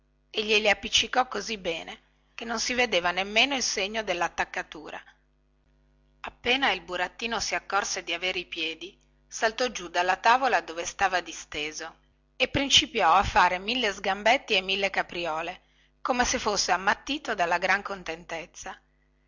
e glieli appiccicò così bene che non si vedeva nemmeno il segno dellattaccatura appena il burattino si accorse di avere i piedi saltò giù dalla tavola dove stava disteso e principiò a fare mille sgambetti e mille capriole come se fosse ammattito dalla gran contentezza